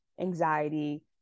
anxiety